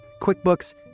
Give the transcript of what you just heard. QuickBooks